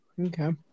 Okay